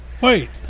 Wait